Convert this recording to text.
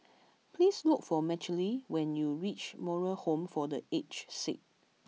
please look for Michaele when you reach Moral Home for The Aged Sick